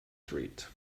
street